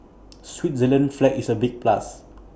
Switzerland's flag is A big plus